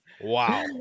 Wow